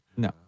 No